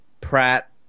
Pratt